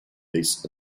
this